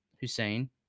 Hussein